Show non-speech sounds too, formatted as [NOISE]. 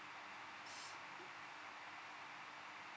[NOISE]